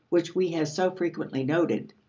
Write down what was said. which we have so frequently noted.